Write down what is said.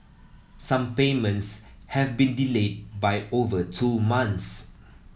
some payments have been delayed by over two months